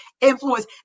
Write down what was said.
influence